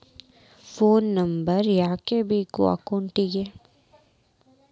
Phone number ಯಾಕೆ ಬೇಕು ಅಕೌಂಟಿಗೆ?